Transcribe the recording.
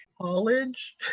College